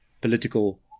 political